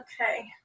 Okay